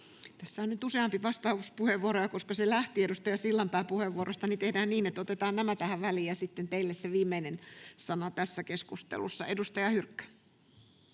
Tässä on nyt useampia vastauspuheenvuoroja. Koska se lähti edustaja Sillanpään puheenvuorosta, niin tehdään niin, että otetaan nämä tähän väliin, ja sitten teille se viimeinen sana tässä keskustelussa. — Edustaja Hyrkkö.